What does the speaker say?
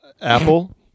Apple